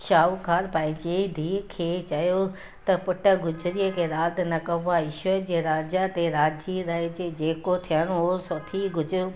शाहूकारु पंहिंजे धीउ खे चयो त पुटु गुज़िरीअ खे यादि न कॿो आहे ईश्वर जे राजा ते राज़ी रहिजे जेको थियणो हो सो थी गुज़िरियो